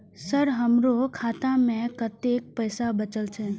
Sir हमरो खाता में कतेक पैसा बचल छे?